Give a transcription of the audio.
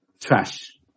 trash